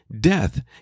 death